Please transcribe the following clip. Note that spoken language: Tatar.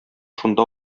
шунда